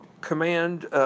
command